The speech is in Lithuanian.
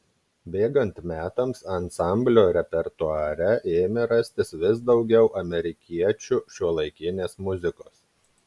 bėgant metams ansamblio repertuare ėmė rastis vis daugiau amerikiečių šiuolaikinės muzikos